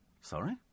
Sorry